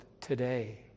today